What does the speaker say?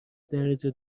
درجه